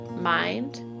mind